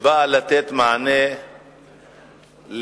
שבאה לתת מענה לרצון